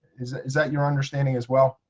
is is that your understanding, as well?